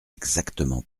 exactement